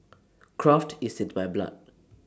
craft is in my blood